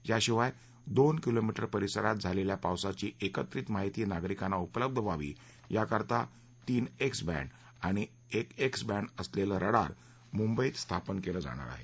याशिवाय दोन किलोमीटर परिसरात झालेल्या पावसाची एकत्रित माहिती नागरिकांना उपलब्ध व्हावी याकरता तीन एक्स बँड आणि एक एस बँड असलेले रडार मुंबईत स्थापन केले जाणार आहेत